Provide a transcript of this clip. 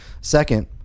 Second